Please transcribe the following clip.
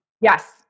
Yes